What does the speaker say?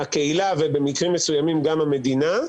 הקהילה ובמקרים מסוימים גם המדינה.